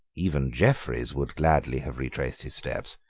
even jeffreys would gladly have retraced his steps.